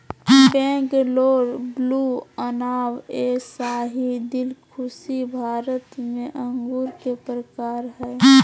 Bangalore blue, Anab e Shahi, Dilkhushi Bharat में अंगूर के प्रकार हय